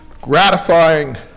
gratifying